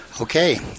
Okay